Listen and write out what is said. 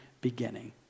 beginning